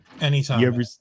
Anytime